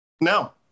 No